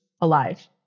alive